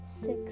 six